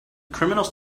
criminals